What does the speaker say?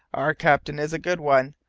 our captain is a good one,